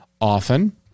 often